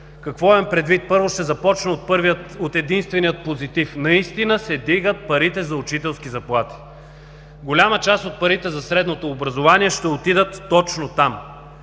Какво имам предвид? Първо ще започна от единствения позитив – наистина се вдигат парите за учителски заплати. Голяма част от парите за средното образование ще отидат точно там.